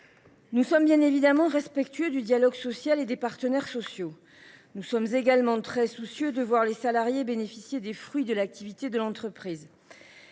Nous sommes évidemment respectueux du dialogue social et des partenaires sociaux. Nous sommes également très soucieux de voir les salariés bénéficier des fruits de l’activité de l’entreprise.